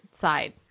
side